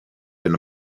been